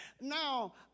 Now